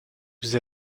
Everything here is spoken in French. vous